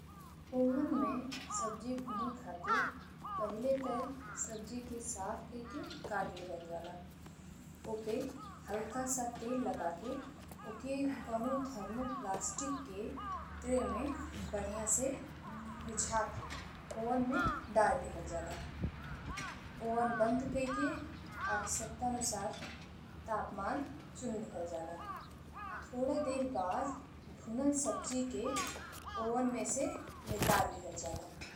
Oven में सब्जी भूने खातिर पहिले ते सब्जी के साफ कइ के काट लिहल जाला। ओपे हल्का सा तेल लगा के ओके कउनो थर्मोप्लास्टिक के ट्रे में बढ़िया से बिछा के ओवन में धरी दिहल जाला। ओवन बंद कइ के आवश्यकतानुसार तापमान चुनी लिहल जाला। थोड़े देर बाद भुनल सब्जी के ओवन में से निकाल लिहल जाला।